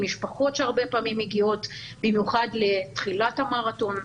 משפחות שהרבה פעמים מגיעות במיוחד לתחילת המרתון.